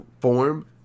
form